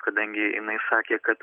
kadangi jinai sakė kad